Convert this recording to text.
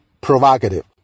provocative